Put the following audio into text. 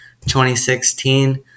2016